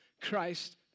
Christ